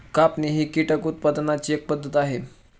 कापणी ही कीटक उत्पादनाची एक पद्धत आहे